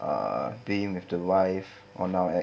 uh being with the wife on our ex